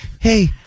Hey